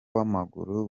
w’amaguru